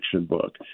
book